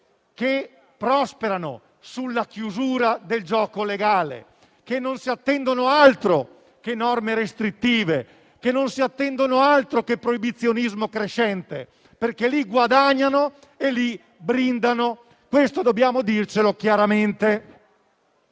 che prosperano sulla chiusura del gioco legale, che non si attendono altro che norme restrittive e proibizionismo crescente, perché lì guadagnano e brindano. Questo dobbiamo dircelo chiaramente.